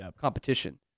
competition